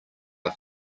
are